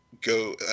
go